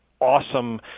awesome